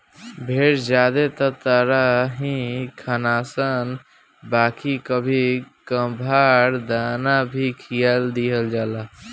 भेड़ ज्यादे त चारा ही खालनशन बाकी कभी कभार दाना भी खिया दिहल जाला